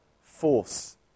force